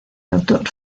autor